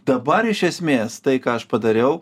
dabar iš esmės tai ką aš padariau